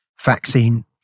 vaccine